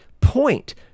point